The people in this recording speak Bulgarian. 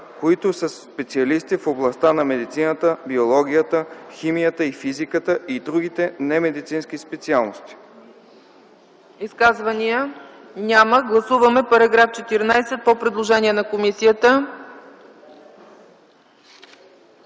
„които са специалисти в областта на медицината, биологията, химията и физиката и другите немедицински специалности”.”